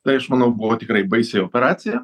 tai aš manau buvo tikrai baisi operacija